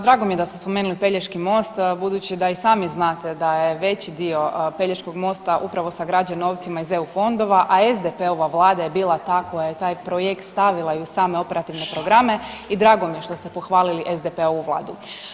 Drago mi je da ste spomenuli Pelješki most budući da i sami znate da je veći dio Pelješkog mosta upravo sagrađen novcima iz EU fondova, a SDP-ova vlada je bila ta koja je taj projekt stavila i u same operativne programe i drago mi je što ste pohvalili SDP-ovu vladu.